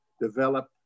develop